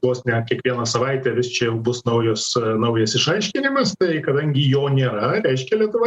vos ne kiekvieną savaitę vis čia jau bus naujos naujas išaiškinimas tai kadangi jo nėra reiškia lietuva